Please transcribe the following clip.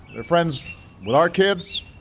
they're friends with our kids,